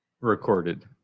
Recorded